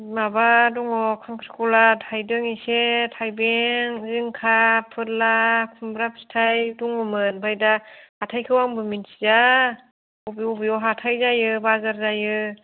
माबा दंङ खांख्रिखला थाइदों एसे थाइबें जिंखा फोरला खुमब्रा फिथाइ दंङमोन दा हाथायखौ आंबो मिन्थिया अबे अबेयाव हाथाय जायो बाजार जायो